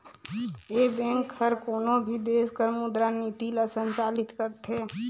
ए bank हर कोनो भी देस कर मुद्रा नीति ल संचालित करथे